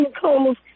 cold